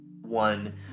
one